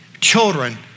children